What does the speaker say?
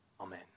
Amen